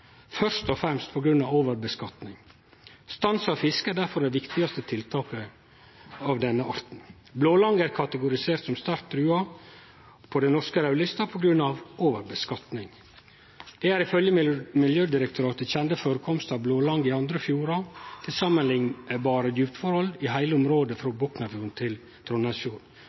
først og fremst på grunn av overfiske. Stans av fiske er derfor det viktigaste tiltaket for denne arten. Blålange er kategorisert som «sterkt trua» på den norske raudlista på grunn av overfiske. Det er ifølgje Miljødirektoratet kjende førekomstar av blålange i andre fjordar til samanliknbare djupneforhold i heile området frå Boknafjorden til